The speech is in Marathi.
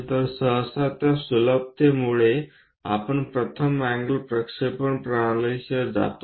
तर सहसा त्या सुलभतेमुळे आपण प्रथम एंगल प्रक्षेपण प्रणालीसह जातो